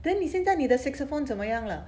then 你现在你的 saxophone 怎么样了